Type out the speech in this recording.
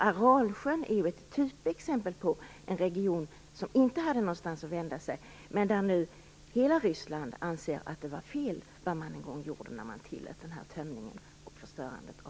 Aralsjön är ett typexempel på en region där man inte hade någonstans att vända sig, men där nu hela Ryssland anser att det var fel det som man en gång gjorde när man tillät tömningen och förstörandet